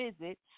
visit